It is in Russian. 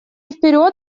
вперед